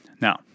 Now